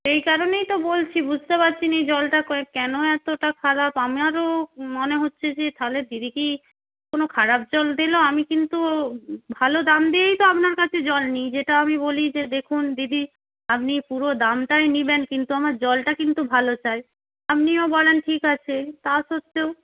সেই কারণেই তো বলছি বুঝতে পারছি নি এই জলটা কোয়ে কেন এতটা খারাপ আমারও মনে হচ্ছে যে তাহলে দিদি কী কোনো খারাপ জল দিলো আমি কিন্তু ভালো দাম দিয়েই তো আপনার কাছে জল নিই যেটা আমি বলি যে দেখুন দিদি আপনি পুরো দামটাই নিবেন কিন্তু আমার জলটা কিন্তু ভালো চাই আপনিও বলেন ঠিক আছে তা সত্ত্বেও